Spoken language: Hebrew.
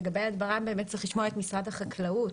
לגבי הדברה, צריך לשמוע את משרד החקלאות.